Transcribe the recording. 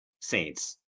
Saints